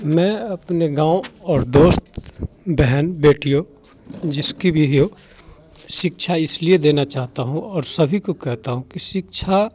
मैं अपने गाँव और दोस्त बहन बेटियों जिसकी भी हो शिक्षा इसलिए देना चाहता हूँ और सभी को कहता हूँ कि शिक्षा